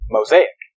Mosaic